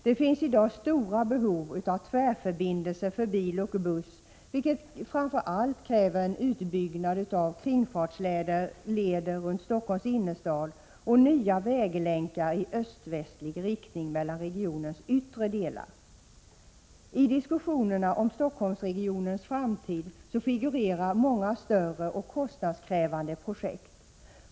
Det finns i dag stora behov av tvärförbindelser för bil och buss, vilket framför allt kräver utbyggnad av kringfartsleder runt Stockholms innerstad och nya väglänkar i öst— västlig riktning mellan regionens yttre delar. I diskussionerna om Stockholmsregionens framtid figurerar många större och kostnadskrävande projekt.